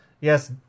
Yes